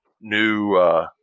new